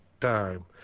time